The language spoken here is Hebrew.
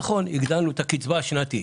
אז נכון, הגדלנו את הקצבה השנתית,